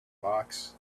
box